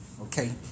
Okay